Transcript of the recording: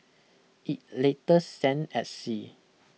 it later sank at sea